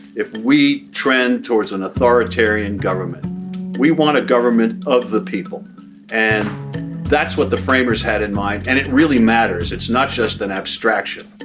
if we trend towards an authoritarian government we want a government of the people and that's what the framers had in mind. and it really matters it's not just an abstraction